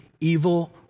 evil